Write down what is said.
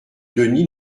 denis